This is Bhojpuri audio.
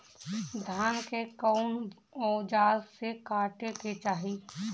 धान के कउन औजार से काटे के चाही?